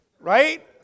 Right